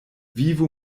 vivo